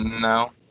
No